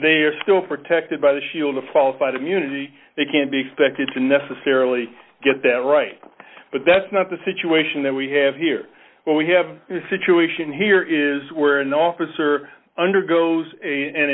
they are still protected by the shield the fall fight immunity they can't be expected to necessarily get that right but that's not the situation that we have here where we have a situation here is where an officer undergoes